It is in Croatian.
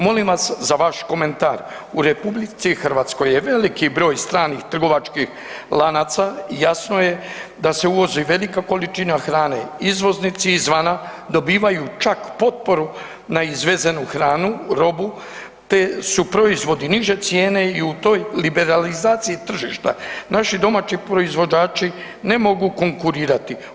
Molim vas za vaš komentar, u RH je veliki broj stranih trgovačkih lanaca, jasno je da se uvozi velika količina hrane, izvoznici izvana dobivaju čak potporu na izvezenu hranu, robu te su proizvodi niže cijene i u toj liberalizaciji tržišta, naši domaći proizvođači ne mogu konkurirati.